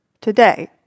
today